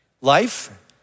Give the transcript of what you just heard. life